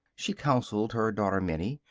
she counseled her daughter, minnie.